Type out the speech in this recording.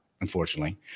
unfortunately